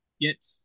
get